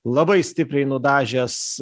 labai stipriai nudažęs